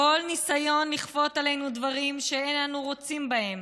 כל ניסיון לכפות עלינו דברים שאין אנו רוצים בהם,